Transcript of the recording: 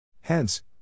Hence